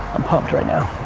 i'm hooked, right now.